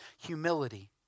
humility